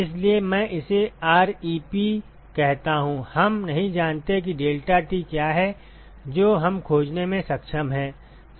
इसलिए मैं इसे ReP कहता हूं हम नहीं जानते कि deltaT क्या है जो हम खोजने में सक्षम हैं